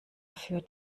dafür